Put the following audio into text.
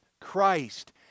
Christ